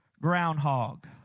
Groundhog